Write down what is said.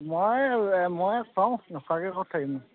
মই মই চাওঁ নোখোৱাকৈ ক'ত থাকিমনো